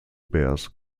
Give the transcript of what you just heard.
bears